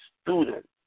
student